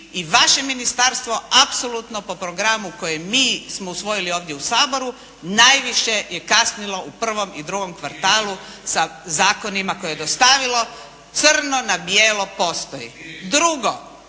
i vaše ministarstvo apsolutno po programu koji mi smo usvojili u ovom Saboru najviše je kasnilo u prvom i drugom kvartalu sa zakonima koje je dostavilo, crno na bijelo postoji.